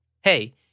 Hey